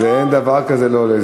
אין דבר כזה "לא עולה".